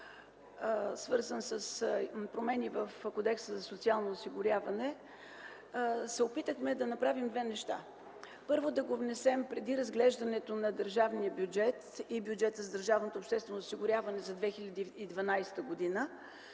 свързан с промени в Кодекса за социалното осигуряване, се опитахме да направим две неща. Първо, да го внесем преди разглеждането на държавния бюджет и бюджета на държавното